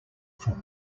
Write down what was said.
foot